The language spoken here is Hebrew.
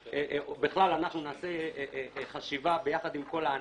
ואנחנו נעשה חשיבה עם כל הענף.